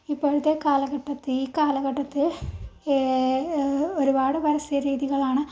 ഇപ്പോഴത്തെ കാലഘട്ടത്തിൽ ഈ കാലഘട്ടത്ത് ഒരുപാട് പരസ്യ രീതികളാണ്